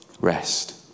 Rest